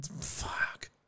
fuck